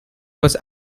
was